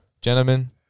Gentlemen